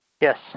Yes